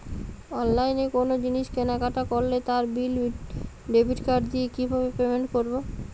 অনলাইনে কোনো জিনিস কেনাকাটা করলে তার বিল ডেবিট কার্ড দিয়ে কিভাবে পেমেন্ট করবো?